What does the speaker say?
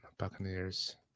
Buccaneers